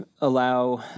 allow